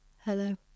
Hello